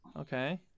Okay